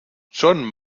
john